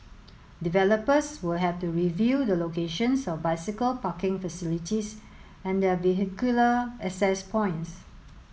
developers will have to review the locations of bicycle parking facilities and their vehicular access points